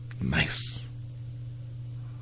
nice